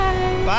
Bye